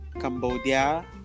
Cambodia